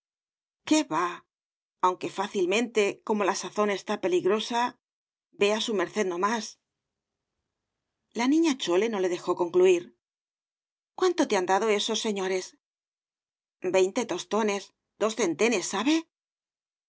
iqué va aunque fácilmente como la sazón está peligrosa vea su merced no más la niña chole no le dejó concluir cuánto te han dado esos señores veinte tostones dos centenes sabe